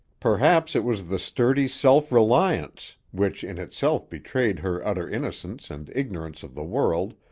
perhaps it was the sturdy self-reliance, which in itself betrayed her utter innocence and ignorance of the world,